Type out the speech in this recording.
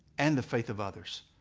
and the faith of others.